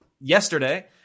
yesterday